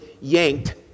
yanked